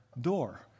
door